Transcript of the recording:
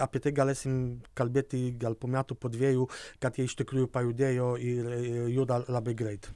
apie tai galėsim kalbėti gal po metų po dviejų kad jie iš tikrųjų pajudėjo ir juda labai greit